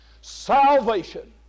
salvation